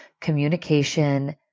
communication